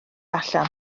allan